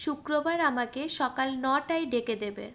শুক্রবার আমাকে সকাল নটায় ডেকে দেবে